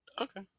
Okay